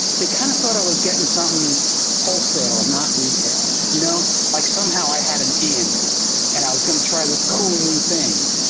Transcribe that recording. they kind of thought i was getting something wholesale and not retail, you know like somehow i had an in and i was going to try this cool new thing.